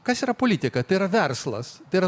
kas yra politika tai yra verslas tai yra